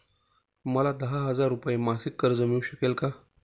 मला दहा हजार रुपये मासिक कर्ज मिळू शकेल का?